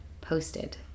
posted